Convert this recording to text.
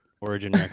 origin